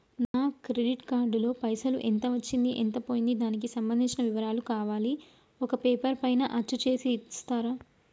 నా credit card లో పైసలు ఎంత వచ్చింది ఎంత పోయింది దానికి సంబంధించిన వివరాలు కావాలి ఒక పేపర్ పైన అచ్చు చేసి ఇస్తరా?